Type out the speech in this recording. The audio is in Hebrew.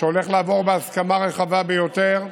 שהולך לעבור בהסכמה רחבה ביותר,